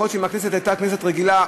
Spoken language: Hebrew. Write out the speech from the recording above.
יכול להיות שאם הכנסת הייתה כנסת רגילה,